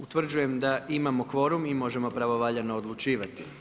Utvrđujem da imamo kvorum i možemo pravovaljano odlučivati.